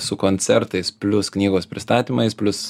su koncertais plius knygos pristatymais plius